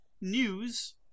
news